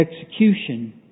execution